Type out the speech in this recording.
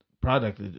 product